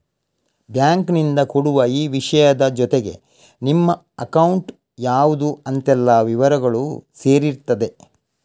ಬ್ಯಾಂಕಿನಿಂದ ಕೊಡುವ ಈ ವಿಷಯದ ಜೊತೆಗೆ ನಿಮ್ಮ ಅಕೌಂಟ್ ಯಾವ್ದು ಅಂತೆಲ್ಲ ವಿವರಗಳೂ ಸೇರಿರ್ತದೆ